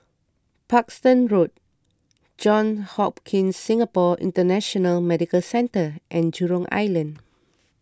Parkstone Road Johns Hopkins Singapore International Medical Centre and Jurong Island